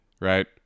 right